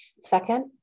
Second